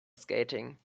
skating